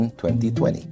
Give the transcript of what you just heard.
2020